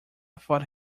thought